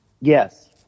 Yes